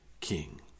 king